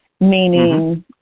meaning